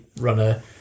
runner